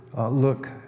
look